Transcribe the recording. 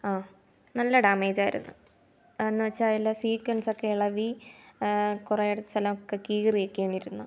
ആ നല്ല ഡാമേജായിരുന്നു എന്ന് വെച്ചാൽ അതിലെ സീക്കൻസൊക്കെ ഇളകി കുറെ സ്ഥലമൊക്കെ കീറിയേക്കേയാണ് ഇരുന്നത്